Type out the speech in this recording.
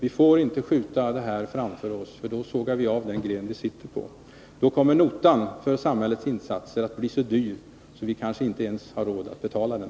Vi får inte skjuta det framför oss — för då sågar vi av den gren vi sitter på. Då kommer notan för samhällets insatser att bli så dyr att vi kanske inte har råd att betala den.